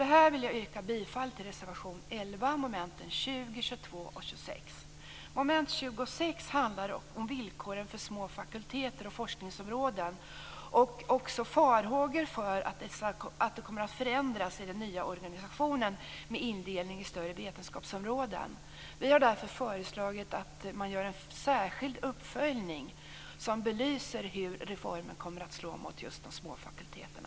Med detta vill jag yrka bifall till reservation 11 Det finns farhågor för att dessa kommer att förändras i den nya organisationen med indelning i större vetenskapsområden. Vi har därför föreslagit att man gör en särskild uppföljning som belyser hur reformen kommer att slå just mot de små fakulteterna.